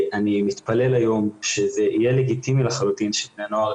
אני מתפלל ליום שזה יהיה לגיטימי לחלוטין שבני נוער